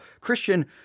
Christian